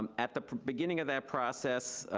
um at the beginning of that process,